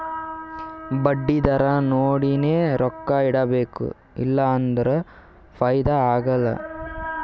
ಬಡ್ಡಿ ದರಾ ನೋಡಿನೆ ರೊಕ್ಕಾ ಇಡಬೇಕು ಇಲ್ಲಾ ಅಂದುರ್ ಫೈದಾ ಆಗಲ್ಲ